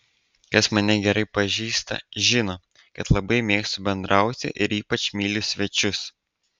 kas mane gerai pažįsta žino kad labai mėgstu bendrauti ir ypač myliu svečius